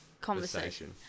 conversation